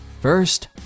First